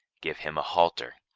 give him a halter.